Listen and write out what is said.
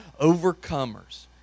overcomers